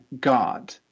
God